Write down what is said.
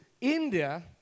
India